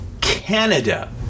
Canada